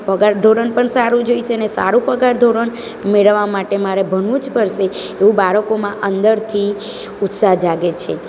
પગાર ધોરણ પણ સારું જોઈશે ને સારું પગાર ધોરણ મેળવવા માટે મારે ભણવું જ પડશે એવું બાળકોમાં અંદરથી ઉત્સાહ જાગે છે